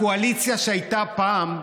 הקואליציה שהייתה פעם,